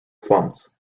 plums